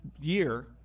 year